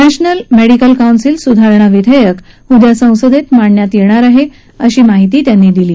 national medical council सुधारणा विधेयक उद्या संसदेत मांडण्यात येणार आहे अशी माहिती त्यांनी दिली